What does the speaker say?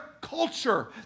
culture